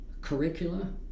curricula